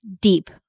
deep